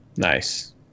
nice